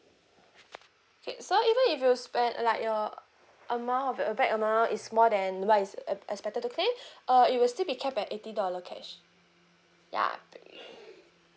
okay so even if you spend like your amount of your bag amount is more than what is ex~ expected to claim uh it will still be kept at eighty dollar cash ya